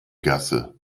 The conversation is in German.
gasse